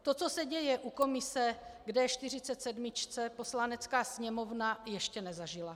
To, co se děje u komise k D47, Poslanecká sněmovna ještě nezažila.